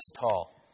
tall